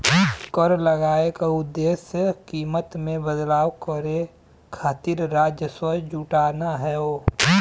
कर लगाये क उद्देश्य कीमत में बदलाव करे खातिर राजस्व जुटाना हौ